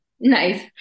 Nice